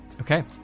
Okay